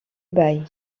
bail